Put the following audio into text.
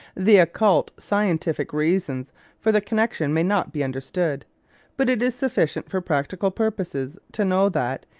the occult scientific reasons for the connection may not be understood but it is sufficient for practical purposes to know that,